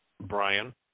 Brian